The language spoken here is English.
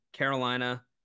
Carolina